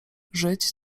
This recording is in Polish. żyć